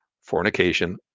fornication